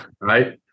right